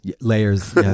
layers